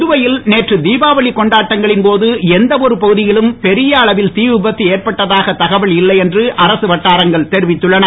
புதுவையில் நேற்று திபாவளி கொண்டாட்டங்களின் போது எந்த ஒரு பகுதியிலும் பெரிய அளவில் தீ விபத்து ஏற்பட்டதாக தகவல் இல்லை என்று அரசு வட்டாரங்கள் தெரிவித்துள்ளன